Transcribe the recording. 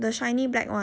the shiny black one